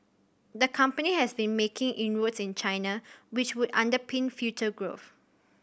the company has been making inroads in China which would underpin future growth